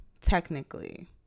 technically